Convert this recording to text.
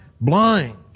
blind